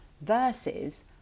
versus